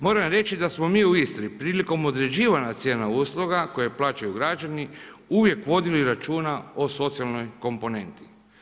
Moram reći, da smo mi u Istri prilikom određivanja cijena usluga, koje plaćaju građani, uvijek vodili računa o socijalnoj komponenti.